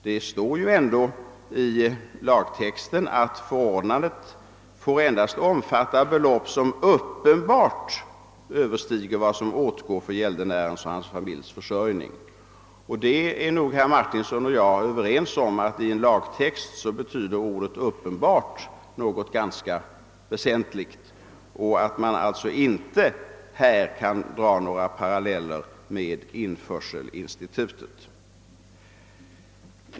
Det står ju ändå i lagtexten, att förordnande endast får omfatta belopp som uppenbart överstiger vad som åtgår för gäldenärens och hans familjs försörjning. Herr Martinsson och jag är nog överens om att ordet »uppenhbart» i en lagtext betyder något ganska väsentligt och att man alltså här inte kan dra några paralleller med införselinstitutet.